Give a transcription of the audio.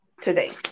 today